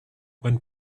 when